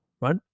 right